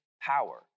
power